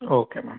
okay ma'am